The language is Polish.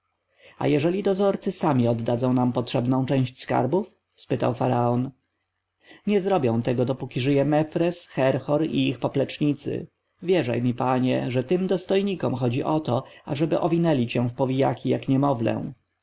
a jeżeli dozorcy sami oddadzą nam potrzebną część skarbów spytał faraon nie zrobią tego dopóki żyje mefres herhor i ich poplecznicy wierzaj mi panie że tym dostojnikom chodzi o to ażeby owinęli cię w powijaki jak niemowlę